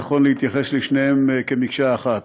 נכון להתייחס לשניהם כמקשה אחת.